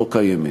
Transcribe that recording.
לא קיימת.